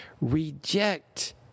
Reject